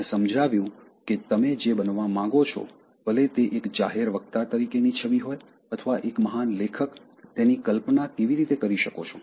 મેં સમજાવ્યું કે તમે જે બનવા માંગો છો ભલે તે એક જાહેર વક્તા તરીકેની છબી હોય અથવા એક મહાન લેખક તેની કલ્પના કેવી રીતે કરી શકો છો